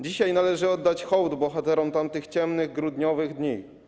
Dzisiaj należy oddać hołd bohaterom tamtych ciemnych, grudniowych dni.